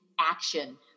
action